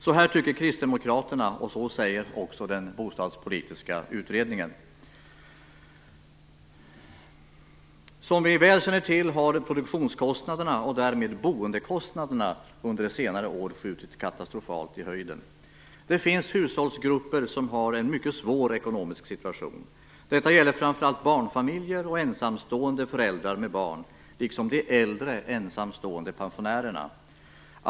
Så här tycker kristdemokraterna och så säger man också i den bostadspolitiska utredningen. Som vi väl känner till har produktionskostnaderna och därmed boendekostnaderna under senare år skjutit katastrofalt i höjden. Det finns hushållsgrupper som har en mycket svår ekonomisk situation. Detta gäller framför allt barnfamiljer och ensamstående föräldrar med barn, liksom de äldre ensamstående pensionärerna.